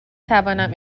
توانم